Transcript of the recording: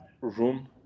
room